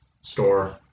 store